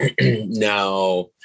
Now